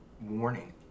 warning